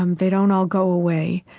um they don't all go away.